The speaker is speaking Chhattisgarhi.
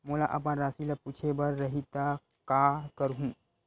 मोला अपन राशि ल पूछे बर रही त का करहूं?